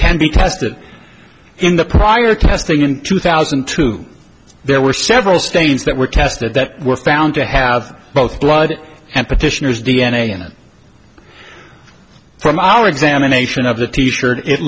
can be tested in the prior testing in two thousand and two there were several stains that were tested that were found to have both blood and petitioners d n a in it from our examination of the t shirt it